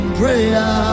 prayer